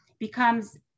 becomes